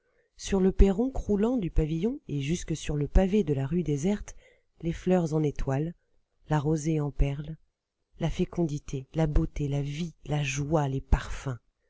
sur le perron croulant du pavillon et jusque sur le pavé de la rue déserte les fleurs en étoiles la rosée en perles la fécondité la beauté la vie la joie les parfums